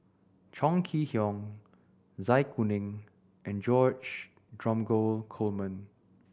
Chong Kee Hiong Zai Kuning and George Dromgold Coleman